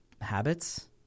habits